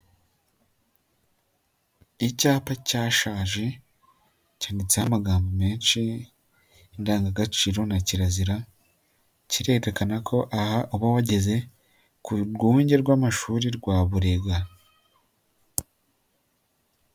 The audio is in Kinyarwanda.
Icyapa cyashaje, cyanditseho amagambo menshi, indangagaciro na kirazira, kirerekana ko aha uba wageze ku rwunge rw'amashuri rwa Burega.